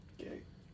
Okay